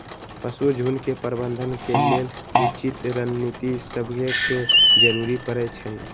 पशु झुण्ड के प्रबंधन के लेल उचित रणनीति सभके जरूरी परै छइ